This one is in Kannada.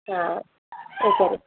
ಹಾಂ ಓಕೆ ರೀ